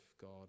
God